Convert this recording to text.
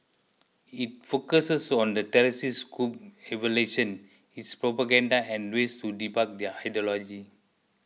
it focuses on the terrorist group's evolution its propaganda and ways to debunk their ideology